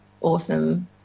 awesome